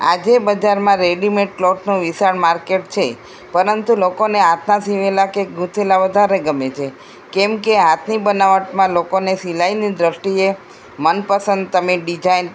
આજે બજારમાં રેડીમેડ કલોથનો વિશાળ માર્કેટ છે પરંતુ લોકોને હાથના સિવેલા કે ગૂંથેલા વધારે ગમે છે કેમકે હાથની બનાવટમાં લોકોને સિલાઈની દૃષ્ટિએ મનપસંદ તમે ડિજાઈન